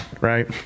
Right